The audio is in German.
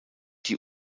die